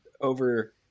over